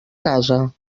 casa